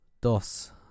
dos